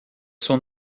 son